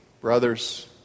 brothers